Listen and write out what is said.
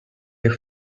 your